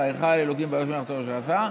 ויכל אלוקים ביום השביעי מלאכתו אשר עשה,